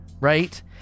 right